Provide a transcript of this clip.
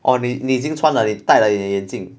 哦你你已经穿了你戴了你的眼镜